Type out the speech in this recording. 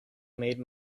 made